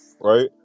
right